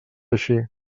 així